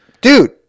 Dude